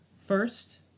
First